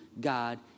God